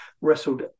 wrestled